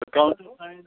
counter sign